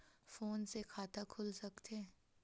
Phone से खाता खुल सकथे?